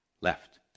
Left